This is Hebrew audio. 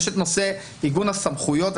יש נושא עיגון הסמכויות.